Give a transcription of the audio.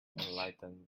enlightened